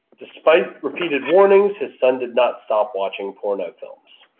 despite repeated warnings his son did not stop watching porno films